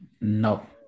No